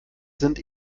sind